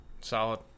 Solid